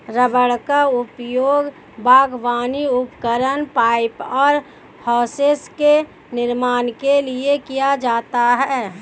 rubber का उपयोग बागवानी उपकरण, पाइप और होसेस के निर्माण के लिए किया जाता है